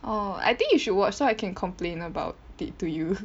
oh I think you should watch so I can complain about it to you